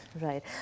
Right